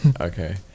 Okay